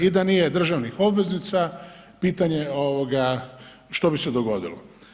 I da nije državnih obveznica pitanje ovoga što bi se dogodilo.